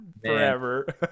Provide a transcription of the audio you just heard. forever